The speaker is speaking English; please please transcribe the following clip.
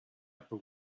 upper